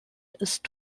ist